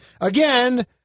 again